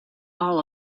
all